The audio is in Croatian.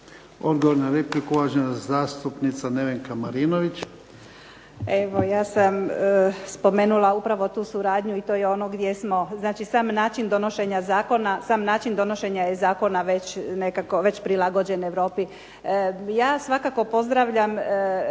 Odgovor na repliku, uvažena zastupnica Nevenka Marinović. **Marinović, Nevenka (HDZ)** Evo ja sam spomenula upravo tu suradnju i to je ono gdje smo znači sam način donošenja zakona, sam način donošenja zakona već nekako prilagođen Europi. Ja svakako pozdravljam reakcije